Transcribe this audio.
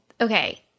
Okay